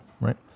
right